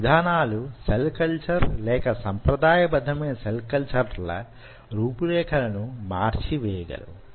ఈ విధానాలు cell culture లేక సంప్రదాయ బద్ధమైన సెల్ కల్చర్ ల రూపు రేఖలను మార్చి వేయగలవు